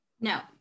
No